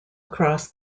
across